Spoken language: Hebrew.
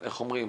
אנחנו צריכים